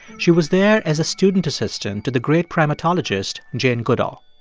she was there as a student assistant to the great primatologist jane goodall.